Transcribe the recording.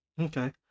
okay